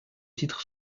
titres